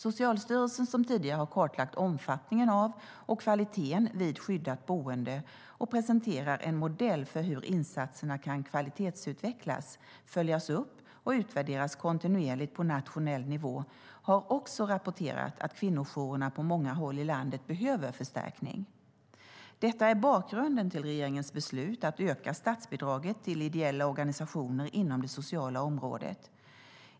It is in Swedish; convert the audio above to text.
Socialstyrelsen, som tidigare har kartlagt omfattningen av och kvaliteten vid skyddat boende och presenterat en modell för hur insatsen kan kvalitetsutvecklas, följas upp och utvärderas kontinuerligt på nationell nivå, har också rapporterat att kvinnojourerna på många håll i landet behöver förstärkning. Detta är bakgrunden till regeringens beslut att öka statsbidraget till ideella organisationer inom det sociala området.